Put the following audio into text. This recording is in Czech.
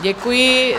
Děkuji.